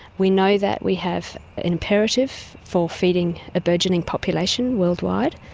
we know that we have an imperative for feeding a burgeoning population worldwide,